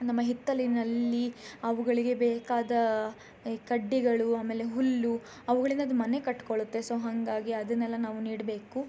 ನಮ್ಮ ಹಿತ್ತಲಿನಲ್ಲಿ ಅವುಗಳಿಗೆ ಬೇಕಾದ ಈ ಕಡ್ಡಿಗಳು ಆಮೇಲೆ ಹುಲ್ಲು ಅವುಗಳಿಂದ ಅದು ಮನೆ ಕಟ್ಕೊಳ್ಳುತ್ತೆ ಸೊ ಹಾಗಾಗಿ ಅದನ್ನೆಲ್ಲ ನಾವು ನೀಡಬೇಕು